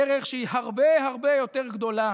דרך שהיא הרבה הרבה יותר גדולה